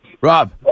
Rob